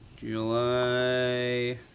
July